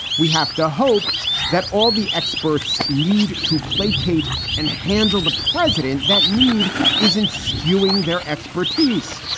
we have to hope that all the experts need to placate and handle the president. that need is in skewing their expertise,